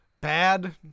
bad